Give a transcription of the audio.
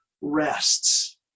rests